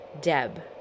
Deb